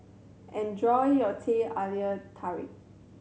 enjoy your Teh Halia Tarik